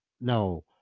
No